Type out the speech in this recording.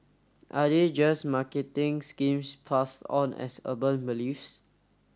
are they just marketing schemes passed on as urban beliefs